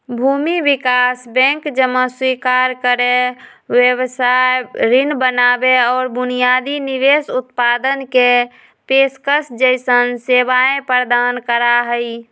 भूमि विकास बैंक जमा स्वीकार करे, व्यवसाय ऋण बनावे और बुनियादी निवेश उत्पादन के पेशकश जैसन सेवाएं प्रदान करा हई